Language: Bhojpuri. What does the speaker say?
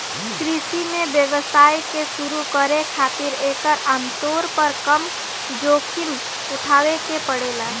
कृषि में व्यवसाय के शुरू करे खातिर एकर आमतौर पर कम जोखिम उठावे के पड़ेला